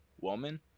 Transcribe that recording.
woman